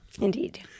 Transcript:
Indeed